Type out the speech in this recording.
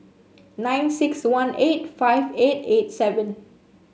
nine six one eight five eight eight seven